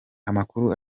amakuru